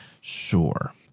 Sure